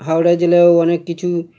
হাওড়া জেলায়ও অনেক কিছু